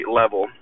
level